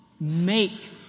make